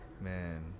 man